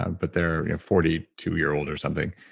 and but they're forty two year old or something.